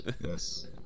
yes